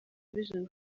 vision